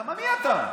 למה מי אתה?